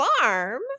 farm